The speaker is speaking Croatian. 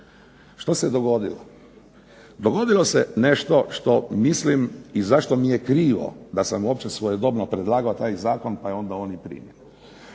Što se dogodilo? Dogodilo se nešto što mislim i zašto mi je krivo da sam uopće svojedobno predlagao taj zakon pa je onda on i primljen.